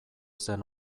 zen